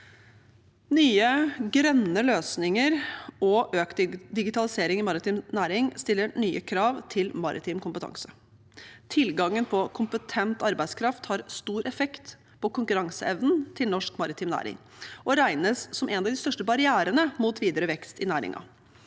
Nye, grønne løsninger og økt digitalisering i maritim næring stiller nye krav til maritim kompetanse. Tilgangen på kompetent arbeidskraft har stor effekt på konkurranseevnen til norsk maritim næring og regnes som en av de største barrierene mot videre vekst i næringen.